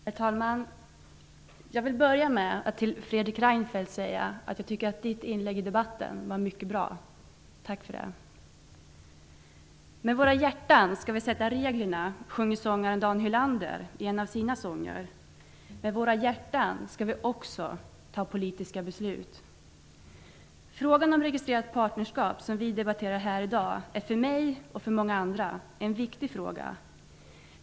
Herr talman! Jag vill börja med att till Fredrik Reinfeldt säga att jag tycker att hans inlägg i debatten var mycket bra. Tack för det. Med våra hjärtan skall vi sätta reglerna, sjunger sångaren Dan Hylander i en av sina sånger. Med våra hjärtan skall vi också fatta politiska beslut. Frågan om registrerat partnerskap, som vi debatterar här i dag, är för mig och för många andra en viktig fråga.